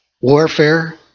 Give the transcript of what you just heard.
Warfare